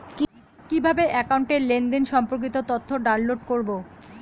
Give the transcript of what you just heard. কিভাবে একাউন্টের লেনদেন সম্পর্কিত তথ্য ডাউনলোড করবো?